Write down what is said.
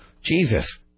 Jesus